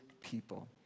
people